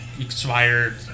expired